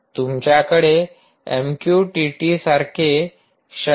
तुमच्याकडे एमक्यूटीटीसारखे शक्तिशाली फिल्टर्स आहेत